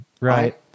right